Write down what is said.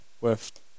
worth